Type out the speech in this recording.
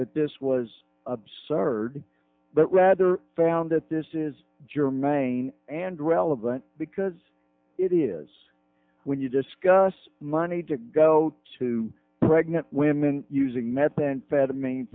that this was absurd but rather found that this is germane and relevant because it is when you discuss money to go to pregnant women using methamphetamine